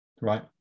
Right